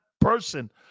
person